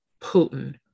Putin